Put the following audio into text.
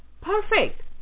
Perfect